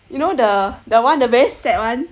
you know the the one very sad one